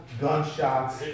gunshots